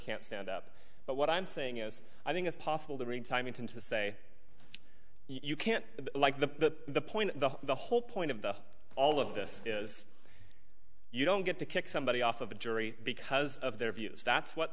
can't stand up but what i'm saying is i think it's possible the retiming to say you can't like the point the the whole point of the all of this is you don't get to kick somebody off of a jury because of their views that's what